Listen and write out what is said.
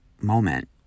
moment